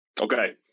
Okay